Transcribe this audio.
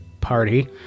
party